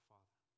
Father